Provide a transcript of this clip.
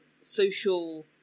social